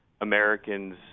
Americans